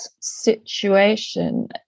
situation